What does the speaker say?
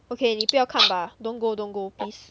okay 你不要看吧 don't go don't go please